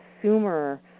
consumer